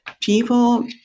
people